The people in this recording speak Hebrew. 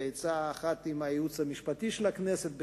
בעצה אחת עם הייעוץ המשפטי של הכנסת,